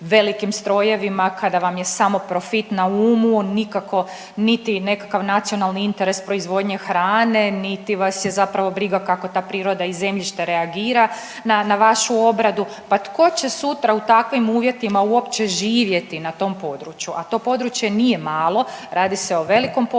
velikim strojevima, kada vam je samo profit na umu. Nikako niti nekakav nacionalni interes proizvodnje hrane, niti vas je zapravo briga kako ta priroda i zemljište reagira na vašu obradu. Pa tko će sutra u takvim uvjetima uopće živjeti na tom području, a to područje nije malo. Radi se o velikom području